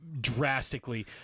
drastically